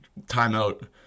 timeout